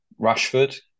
Rashford